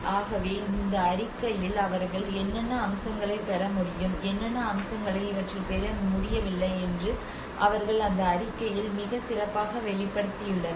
ஆகவே அந்த அறிக்கையில் அவர்கள் என்னென்ன அம்சங்களைப் பெற முடியும் என்னென்ன அம்சங்களை இவற்றில் பெற முடியவில்லை என்று அவர்கள் அந்த அறிக்கையில் மிகச் சிறப்பாக வெளிப்படுத்தியுள்ளனர்